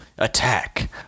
attack